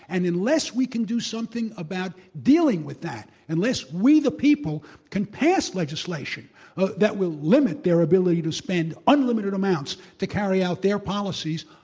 and unless we can do something about dealing with that, unless we the people can pass legislation that will limit their ability to spend unlimited amounts to carry out their policies,